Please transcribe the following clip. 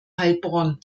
heilbronn